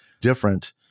different